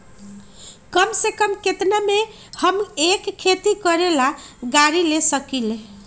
कम से कम केतना में हम एक खेती करेला गाड़ी ले सकींले?